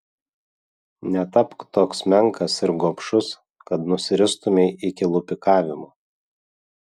netapk toks menkas ir gobšus kad nusiristumei iki lupikavimo